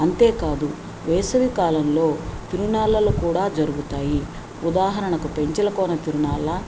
అంతేకాదు వేసవి కాలంలో తిరుణాలలు కూడా జరుగుతాయి ఉదాహరణకు పెంచలకోన తిరుణాల